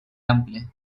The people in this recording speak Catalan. ample